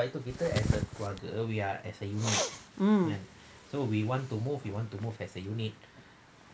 mm